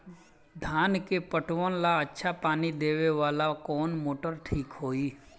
धान के पटवन ला अच्छा पानी देवे वाला कवन मोटर ठीक होई?